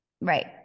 Right